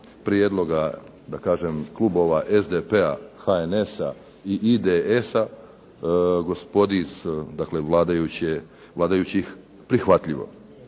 prijedloga da kažem klubova SDP-a, HNS-a i IDS-a, gospodi iz dakle vladajućih prihvatljivo.